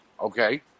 Okay